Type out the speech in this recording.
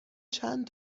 چند